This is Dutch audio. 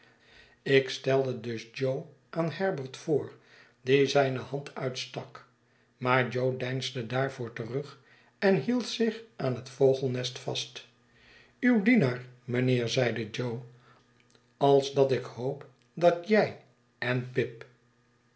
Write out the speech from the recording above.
ik stelde dus jo aan herbert voor die zijne hand uitstak maar jo deinsde daarvoor terug en hield zich aan het vogelnest vast u uw dienaar mijnheer zeide jo als dat ik hoop dat jij en pip